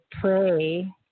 pray